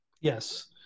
Yes